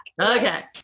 Okay